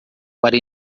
para